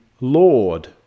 Lord